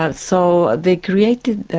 ah so they created